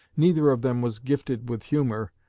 neither of them was gifted with humor,